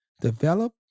Develop